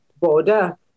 border